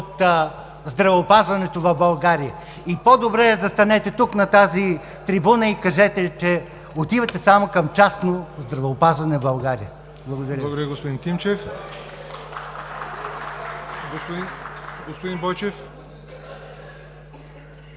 от здравеопазването в България. По-добре застанете тук на тази трибуна и кажете, че отивате само към частно здравеопазване в България. Благодаря.